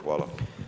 Hvala.